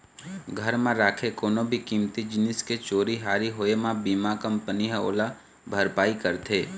घर म राखे कोनो भी कीमती जिनिस के चोरी हारी होए म बीमा कंपनी ह ओला भरपाई करथे